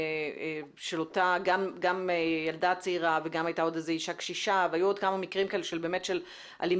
גם של ילדה צעירה וגם אישה קשישה ועוד כמה מקרים של אלימות